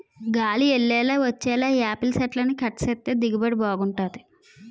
గాలి యెల్లేలా వచ్చేలా యాపిల్ సెట్లని కట్ సేత్తే దిగుబడి బాగుంటది